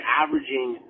averaging